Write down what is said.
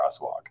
crosswalk